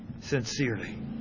Sincerely